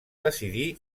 decidí